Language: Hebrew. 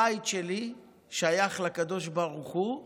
הבית שלי שייך לקדוש ברוך הוא ולאורח,